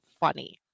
Funny